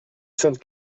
sainte